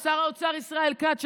שר האוצר ישראל כץ,